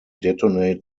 detonate